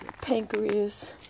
pancreas